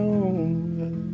over